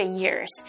years